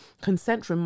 consent